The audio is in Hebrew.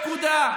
נקודה.